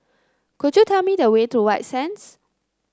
could you tell me the way to White Sands